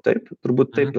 taip turbūt taip